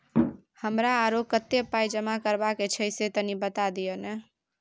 हमरा आरो कत्ते पाई जमा करबा के छै से तनी बता दिय न?